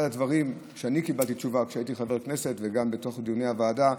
אחד הדברים שאני קיבלתי תשובה עליהם כשהייתי חבר כנסת גם בדיוני הוועדה,